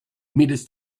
meters